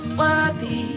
worthy